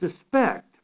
suspect